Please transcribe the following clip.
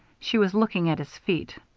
she was looking at his feet.